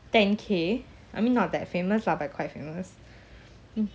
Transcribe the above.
ten K I mean not that famous lah but quite famous mm